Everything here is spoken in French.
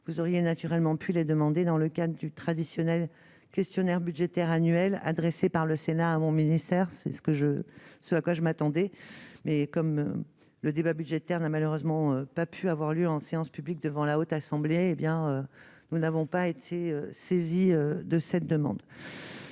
vous auriez naturellement plus les demander, dans le cas du traditionnel questionnaire budgétaire annuel adressé par le Sénat à mon ministère, c'est ce que je ce à quoi je m'attendais, mais comme le débat budgétaire n'a malheureusement pas pu avoir lieu en séance publique, devant la Haute Assemblée, hé bien, nous n'avons pas été saisi de cette demande,